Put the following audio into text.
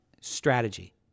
strategy